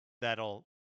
that'll